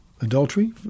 adultery